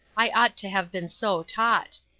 i ought to have been so taught.